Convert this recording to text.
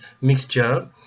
mixture